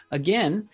again